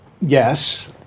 yes